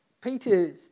Peter